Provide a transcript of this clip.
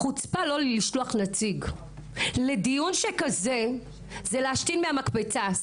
החוצפה לא לשלוח נציג לדיון שכזה זה להשתין מהמקפצה,